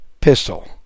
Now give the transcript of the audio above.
pistol